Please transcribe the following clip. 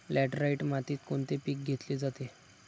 Laterite मातीत कोणते पीक घेतले जाते?